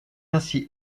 ainsi